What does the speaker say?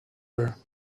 her